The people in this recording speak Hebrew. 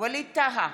ווליד טאהא,